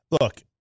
Look